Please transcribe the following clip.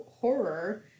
horror